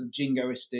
jingoistic